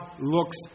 looks